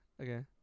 Okay